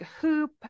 hoop